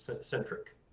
centric